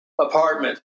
apartment